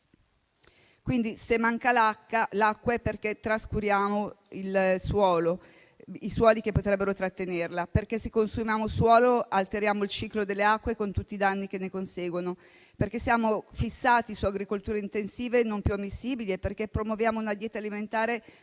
Quindi, se manca l'acqua è anche perché trascuriamo i suoli che potrebbero trattenerla. Perché consumiamo il suolo, alterando il ciclo delle acque, con tutti i danni che ne conseguono? Siamo fissati su agricolture intensive, non più ammissibili e perché promuoviamo una dieta alimentare